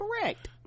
correct